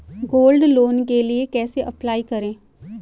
Gold loan के लिए कैसे अप्लाई करें?